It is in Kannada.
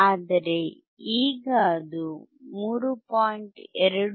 ಆದರೆ ಈಗ ಅದು 3